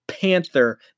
panther